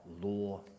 law